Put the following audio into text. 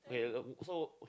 okay so